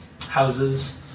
houses